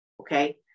Okay